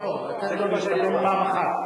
לתת לו להתאמן פעם אחת.